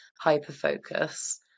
hyper-focus